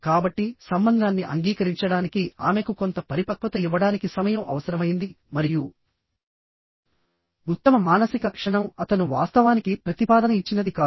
కాబట్టిసంబంధాన్ని అంగీకరించడానికి ఆమెకు కొంత పరిపక్వత ఇవ్వడానికి సమయం అవసరమైంది మరియు ఉత్తమ మానసిక క్షణం అతను వాస్తవానికి ప్రతిపాదన ఇచ్చినది కాదు